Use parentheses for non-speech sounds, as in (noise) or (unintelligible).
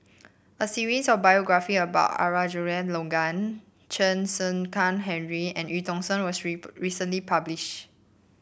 a series of biography about (unintelligible) Logan Chen (unintelligible) Henri and Eu Tong Sen was (unintelligible) recently publish